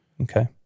okay